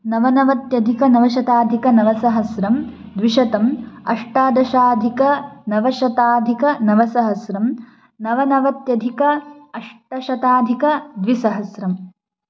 नवनवत्यधिकनवशताधिकनवसहस्रं द्विशतम् अष्टादशधिकनवशताधिकनवसहस्रम् नवनवत्यधिक अष्टशताधिकद्विसहस्रम्